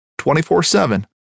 24-7